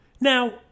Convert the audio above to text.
Now